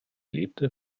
lebte